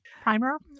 primer